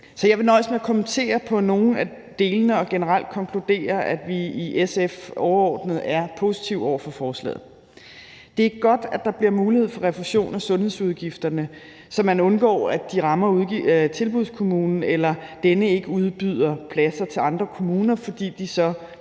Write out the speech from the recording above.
jeg vil nøjes med at kommentere på nogle af delene og generelt konkludere, at vi i SF overordnet er positive over for forslaget. Det er godt, at der bliver mulighed for refusion af sundhedsudgifterne, så man undgår, at de rammer tilbudskommunen, eller at denne ikke udbyder pladser til andre kommuner, fordi de så